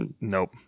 nope